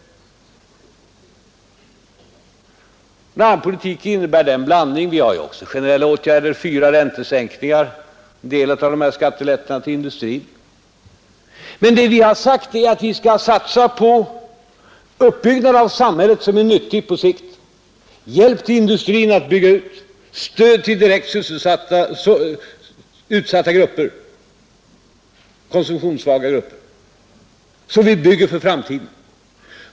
En annan politik innebär en blandning av åtgärder. Vi har också vidtagit generella åtgärder, t.ex. fyra räntesänkningar och dessa skattelättnader till industrin. Men vad vi sagt är att vi framför allt skall satsa på en uppbyggnad av samhället som är nyttig på sikt — hjälp till industrin att bygga ut och stöd till direkt utsatta, konsumtionssvaga grupper. Vi bygger för framtiden.